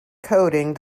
coding